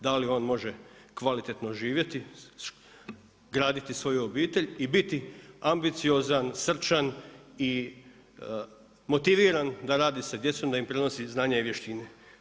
Da li on može kvalitetno živjeti, graditi svoju obitelj i biti ambiciozan, srčan i motiviran da radi sa djecom, da im prenosi znanja i vještine?